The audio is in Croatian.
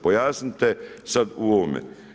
Pojasnite sad u ovome.